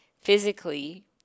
physically